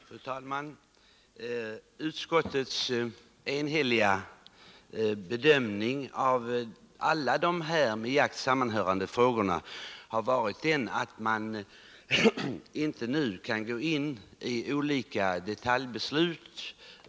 Fru talman! Utskottets enhälliga bedömning av alla dessa med jakt sammanhörande frågor har varit att man inte nu bör gå in i olika detaljbeslut.